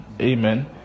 amen